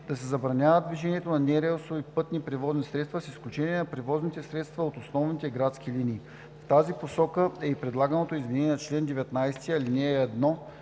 да се забранява движението на нерелсови пътни превозни средства, с изключение на превозните средства от основните градски линии. В тази посока е и предлаганото изменение на чл. 19, ал. 1